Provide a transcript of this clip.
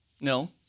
no